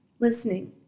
listening